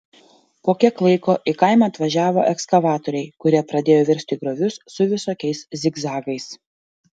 po kiek laiko į kaimą atvažiavo ekskavatoriai kurie pradėjo versti griovius su visokiais zigzagais